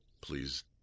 Please